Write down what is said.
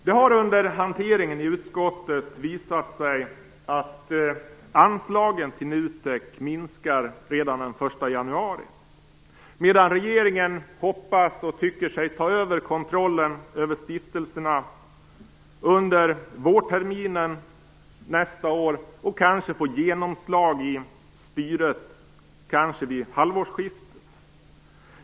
Det har under hanteringen i utskottet visat sig att anslagen till NUTEK minskar redan den 1 januari, medan regeringen hoppas och tycker sig ta över kontrollen över stiftelserna under vårterminen nästa år och kanske få genomslag i styret vid halvårsskiftet.